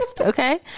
Okay